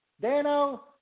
Dano